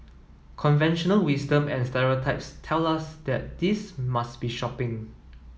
conventional wisdom and stereotypes tell us that this must be shopping